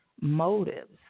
motives